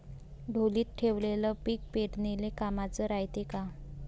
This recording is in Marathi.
ढोलीत ठेवलेलं पीक पेरनीले कामाचं रायते का?